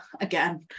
again